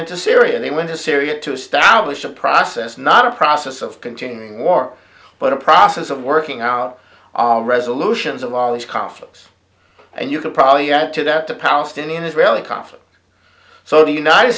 into syria and they went to syria to establish a process not a process of containing more but a process of working out all resolutions a lot of these conflicts and you could probably add to that the palestinian israeli conflict so the united